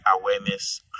awareness